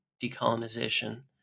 decolonization